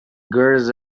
girls